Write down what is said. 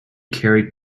carried